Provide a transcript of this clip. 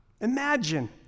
imagine